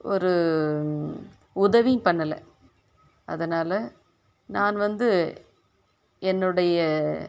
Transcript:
ஒரு உதவியும் பண்ணலை அதனால் நான் வந்து என்னுடைய